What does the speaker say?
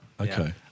Okay